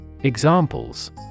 Examples